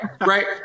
right